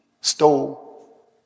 stole